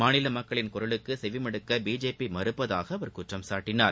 மாநில மக்களின் குரலுக்கு செவிமடக்க பிஜேபி மறுப்பதாக அவர் குற்றம் சாட்டினார்